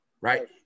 right